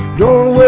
go